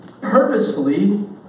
purposefully